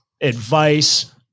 advice